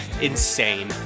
insane